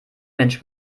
mensch